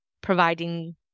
providing